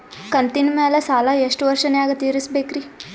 ಕಂತಿನ ಮ್ಯಾಲ ಸಾಲಾ ಎಷ್ಟ ವರ್ಷ ನ್ಯಾಗ ತೀರಸ ಬೇಕ್ರಿ?